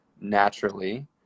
naturally